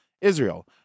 Israel